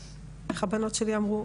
איך הבנות שלי אמרו?